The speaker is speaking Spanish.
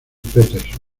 peterson